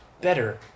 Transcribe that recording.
better